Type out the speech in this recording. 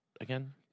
again